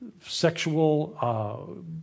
sexual